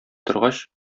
торгач